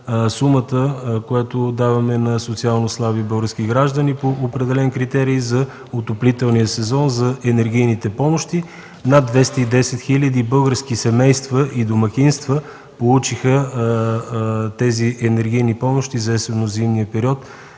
сумата, която даваме на социално слаби български граждани по определен критерий за отоплителния сезон за енергийните помощи – над 210 хил. български семейства и домакинства получиха тези енергийни помощи за есенно-зимния период.